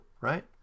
right